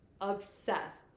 obsessed